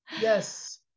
Yes